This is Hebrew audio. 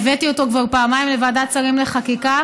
הבאתי אותו כבר פעמיים לוועדת שרים לחקיקה.